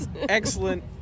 excellent